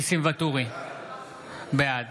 בעד